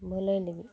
ᱧᱮᱞᱮᱭ ᱞᱟᱹᱜᱤᱫ